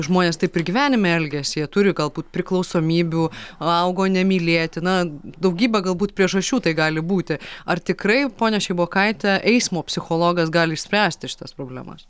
žmonės taip ir gyvenime elgiasi jie turi galbūt priklausomybių augo nemylėti na daugybė galbūt priežasčių tai gali būti ar tikrai ponia šeibokaite eismo psichologas gali išspręsti šitas problemas